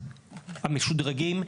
המשודרגים,